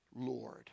Lord